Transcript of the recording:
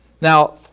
Now